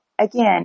Again